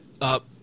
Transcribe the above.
up